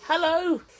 Hello